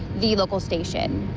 the local station.